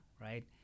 right